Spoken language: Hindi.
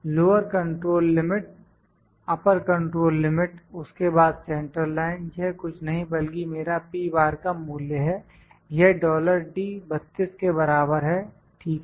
lower control limit upper control limit उसके बाद सेंट्रल लाइन यह कुछ नहीं बल्कि मेरा का मूल्य है यह डॉलर D32 के बराबर है ठीक है